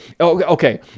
Okay